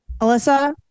Alyssa